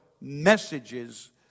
messages